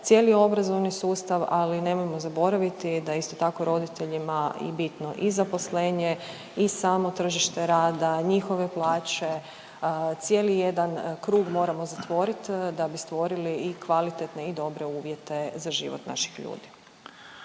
cijeli obrazovni sustav, ali nemojmo zaboraviti da isto tako roditeljima je bitno i zaposlenje i samo tržište rada, njihove plaće, cijeli jedan krug moramo zatvorit da bi stvorili i kvalitetne i dobre uvjete za život naših ljudi.